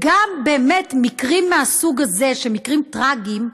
באמת, במקרים מהסוג הזה, שהם מקרים טרגיים,